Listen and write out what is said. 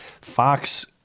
Fox